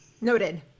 Noted